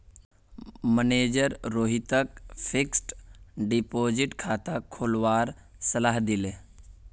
manager रोहितक fixed deposit खाता खोलवार सलाह दिले